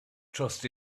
trust